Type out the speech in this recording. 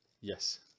Yes